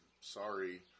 Sorry